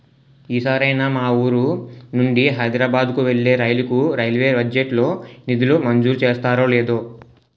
ఈ సారైనా మా వూరు నుండి హైదరబాద్ కు వెళ్ళే రైలుకు రైల్వే బడ్జెట్ లో నిధులు మంజూరు చేస్తారో లేదో